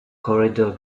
corridor